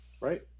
Right